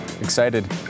excited